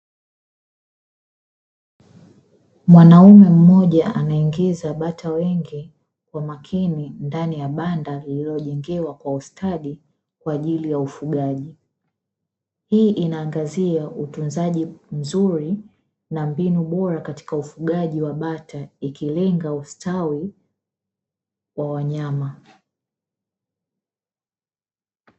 Mwanaume mmoja anaingiza bata wengi kwa makini ndani ya banda lililojengewa kwa ustadi, kwa ajili ya ufugaji. Hii inaangazia utunzaji mzuri na mbinu bora katika ufugaji wa bata, ikilenga ustawi wa wanyama.